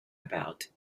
about